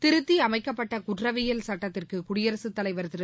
திருத்தியமைக்கப்பட்ட குற்றவியல் சட்டத்திற்கு குடியரசுத்தலைவா் திரு